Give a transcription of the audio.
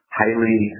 highly